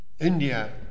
India